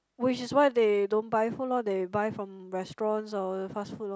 which is why they don't buy food lor they buy from restaurants or fast food lor